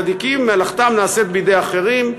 צדיקים מלאכתם נעשית בידי אחרים,